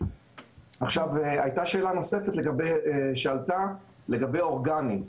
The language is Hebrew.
הייתה שאלה נוספת שעלתה לגבי אורגני.